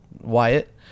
Wyatt